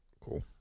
cool